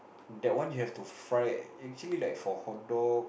that one you have to fry actually like for hotdog